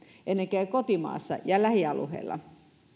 elikkä kotimaassa ja lähialueilla